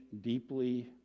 deeply